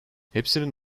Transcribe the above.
hepsinin